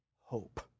hope